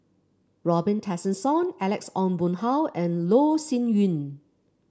Robin Tessensohn Alex Ong Boon Hau and Loh Sin Yun